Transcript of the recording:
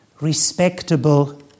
respectable